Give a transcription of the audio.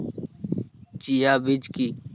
Chia বীজ কী?